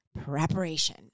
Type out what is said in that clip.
preparation